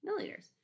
milliliters